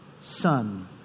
son